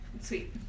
Sweet